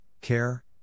care